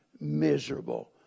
miserable